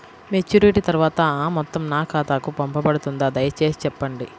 Maturity తర్వాత ఆ మొత్తం నా ఖాతాకు పంపబడుతుందా? దయచేసి చెప్పండి?